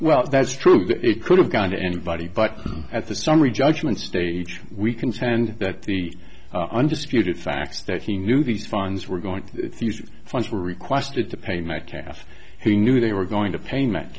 well that's true it could have gone to anybody but at the summary judgment stage we contend that the undisputed facts that he knew these funds were going to use funds were requested to pay my cast he knew they were going to pay me